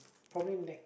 probably ne~